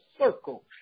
circle